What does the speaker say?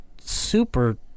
super